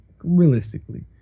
realistically